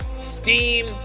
steam